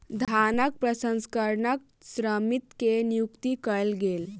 धानक प्रसंस्करणक श्रमिक के नियुक्ति कयल गेल